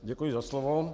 Děkuji za slovo.